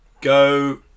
Go